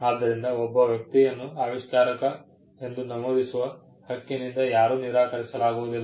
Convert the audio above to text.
ಆದ್ದರಿಂದ ಒಬ್ಬ ವ್ಯಕ್ತಿಯನ್ನು ಆವಿಷ್ಕಾರಕ ಎಂದು ನಮೂದಿಸುವ ಹಕ್ಕಿನಿಂದ ಯಾರೂ ನಿರಾಕರಿಸಲಾಗುವುದಿಲ್ಲ